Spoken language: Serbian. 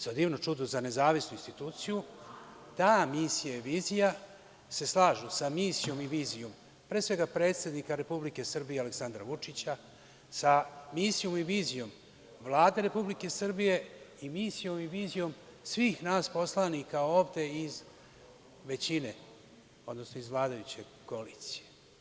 Za divno čudo, za nezavisnu instituciju ta misija i vizija se slažu sa misijom i vizijom, pre svega, predsednika Republike Srbije Aleksandra Vučića, sa misijom i vizijom Vlade Republike Srbije i misijom i vizijom svih nas poslanika ovde iz većine, odnosno iz vladajuće koalicije.